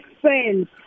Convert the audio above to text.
friends